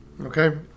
okay